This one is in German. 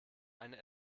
eine